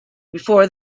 before